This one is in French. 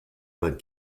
vingt